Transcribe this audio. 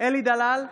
אלי דלל,